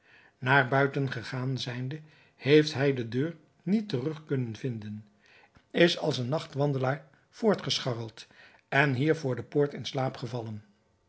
naar buiten gegaan zijnde heeft hij de deur niet terug kunnen vinden is als een nachtwandelaar voortgescharreld en hier voor de poort in slaap gevallen